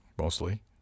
mostly